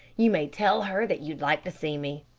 you may tell her that you'd like to see me.